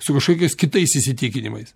su kažkokiais kitais įsitikinimais